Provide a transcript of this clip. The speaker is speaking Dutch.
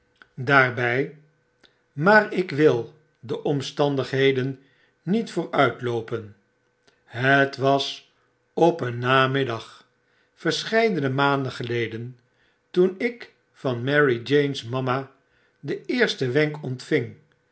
daarby maar ik wil de omstandigheden niet vooruitloopen het was op een namiddag verscheidene maanden geleden toen ik van marie jane's mama den eersten wenk ontving